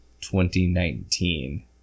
2019